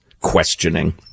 Questioning